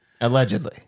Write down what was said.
Allegedly